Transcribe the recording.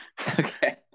Okay